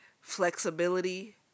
flexibility